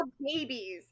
babies